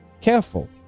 careful